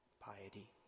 piety